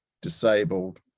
disabled